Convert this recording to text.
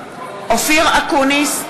אקוניס,